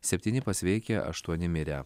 septyni pasveikę aštuoni mirę